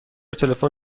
تلفن